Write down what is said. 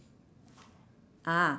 ah